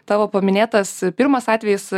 tavo paminėtas pirmas atvejis